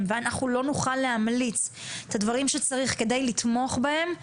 ואנחנו לא נוכל להמליץ על הדברים שצריך כדי לתמוך בהם,